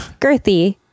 girthy